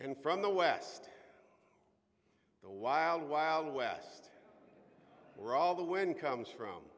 and from the west the wild wild west were all the wind comes from